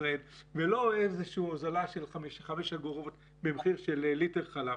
ישראל ולא של איזושהי הוזלה של חמש אגורות במחיר של ליטר חלב,